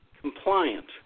compliant